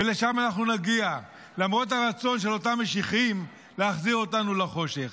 ולשם אנחנו נגיע למרות הרצון של אותם משיחיים להחזיר אותנו לחושך.